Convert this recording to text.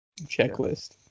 checklist